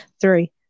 Three